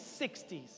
60s